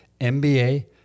MBA